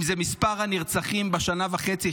אם זה מספר הנרצחים בשנה וחצי,